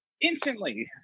instantly